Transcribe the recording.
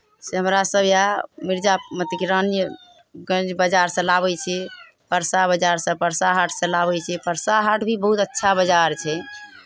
से हमरा सभ इएह मिरजा मतलब कि रानिएगंज बाजारसँ लाबै छियै परसा बाजारसँ परसा हाटसँ लाबै छियै परसा हाट भी बहुत अच्छा बाजार छै